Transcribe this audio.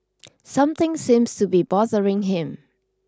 something seems to be bothering him